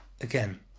again